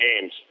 games